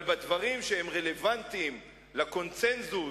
אבל בדברים שרלוונטיים לקונסנזוס,